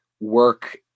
work